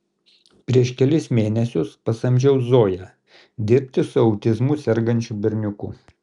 prieš kelis mėnesius pasamdžiau zoją dirbti su autizmu sergančiu berniuku